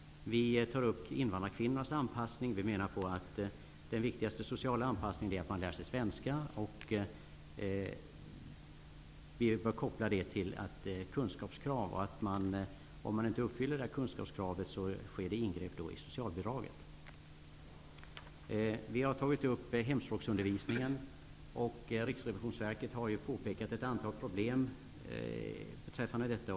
Vi tar också upp invandrarkvinnornas anpassning. Vi menar att den viktigaste sociala anpassningen är att invandrarna lär sig svenska. Om man inte uppfyller ett kunskapskrav skall det ske ingrepp i socialbidraget. Vi har tagit upp hemspråksundervisningen, och Riksrevisionsverket har påpekat ett antal problem beträffande denna.